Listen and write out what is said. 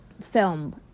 film